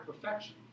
perfection